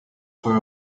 for